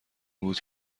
بود